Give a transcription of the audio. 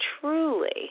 truly